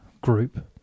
group